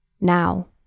Now